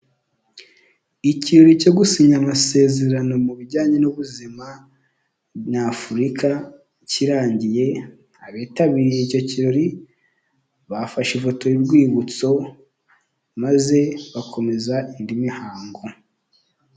Ikirori cyo gusinya amasezerano mu bijyanye n'ubuzima nyafurika kirangiye, abitabiriye icyo kirori bafashe ifoto y'urwibutso maze bakomeza indi mihango.